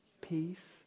peace